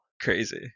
crazy